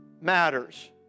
matters